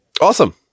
Awesome